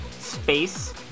space